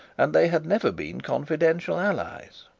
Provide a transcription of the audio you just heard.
and they had never been confidential allies.